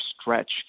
stretch